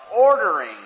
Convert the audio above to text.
ordering